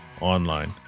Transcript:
online